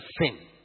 sin